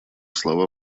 слова